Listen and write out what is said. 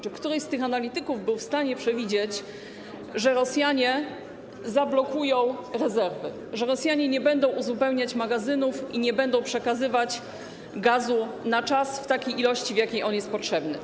Czy któryś z tych analityków był w stanie przewidzieć, że Rosjanie zablokują rezerwy, że Rosjanie nie będą uzupełniać magazynów i nie będą przekazywać gazu na czas w takiej ilości, w jakiej jest on potrzebny?